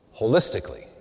holistically